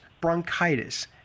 bronchitis